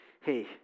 Hey